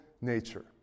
nature